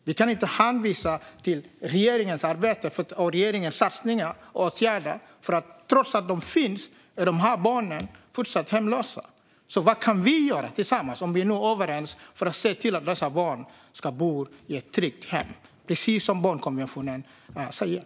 Vi kan inte hänvisa till regeringens arbete, satsningar eller åtgärder, för trots att de finns är de här barnen fortfarande hemlösa. Vad kan vi göra tillsammans, om vi nu är överens, för att se till att dessa barn ska bo i ett tryggt hem, precis som barnkonventionen säger?